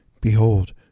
Behold